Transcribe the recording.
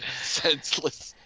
Senseless